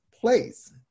place